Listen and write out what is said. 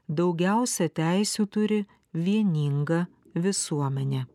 daugiausia teisių turi vieninga visuomenė